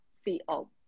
C-O